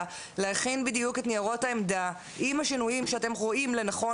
להכין את ניירות העמדה בדיוק עם השינויים שאתם רואים לנכון,